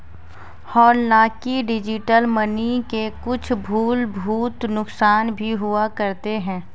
हांलाकि digital money के कुछ मूलभूत नुकसान भी हुआ करते हैं